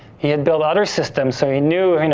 he had built other systems so he knew, and